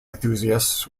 enthusiasts